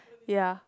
ya